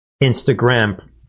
Instagram